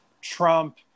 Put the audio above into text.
Trump